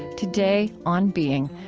today, on being,